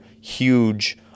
huge